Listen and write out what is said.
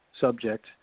subject